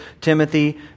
Timothy